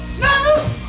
No